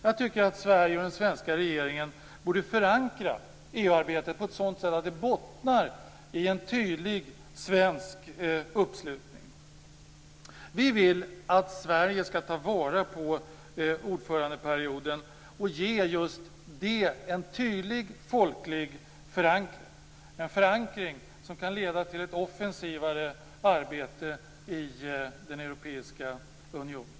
Jag tycker att Sverige och den svenska regeringen borde förankra EU-arbetet på ett sådant sätt att det bottnar i en tydlig svensk uppslutning. Vi vill att Sverige skall ta vara på ordförandeperioden och ge just det en tydlig folklig förankring, en förankring som kan leda till ett offensivare arbete i den europeiska unionen.